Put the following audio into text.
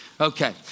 Okay